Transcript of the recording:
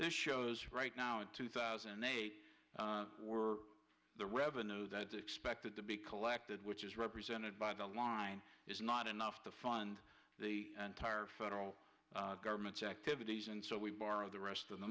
this shows right now in two thousand they were the revenue that the expected to be collected which is represented by the line is not enough to fund the entire federal government's activities and so we borrow the rest of the